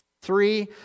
three